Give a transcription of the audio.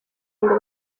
ngo